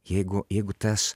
jeigu jeigu tas